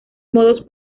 modos